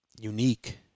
unique